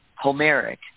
Homeric